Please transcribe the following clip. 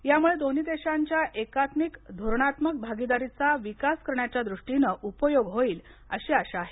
यामुळे दोन्ही देशाच्या एकात्मिक धोरणात्मक भागीदारीचा विकास करण्याच्या दृष्टिन उपयोग होईल अशी अशा आहे